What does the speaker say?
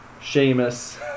Sheamus